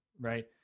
right